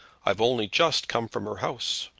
i've only just come from her house.